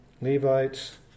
Levites